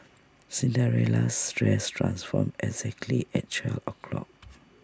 Cinderella's dress transformed exactly at twelve o' clock